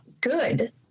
good